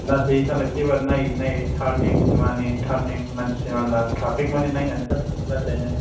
लासै सालायनोसै एबार नायै नायै टारनिं माने टारनिं मानसि मानला ट्राफिक मानि नायनानै सालायनोसै लासैनो